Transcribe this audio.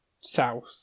south